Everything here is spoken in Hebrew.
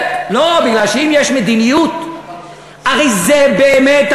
דיברתי עם מצנע, הוא צודק.